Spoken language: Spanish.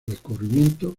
descubrimiento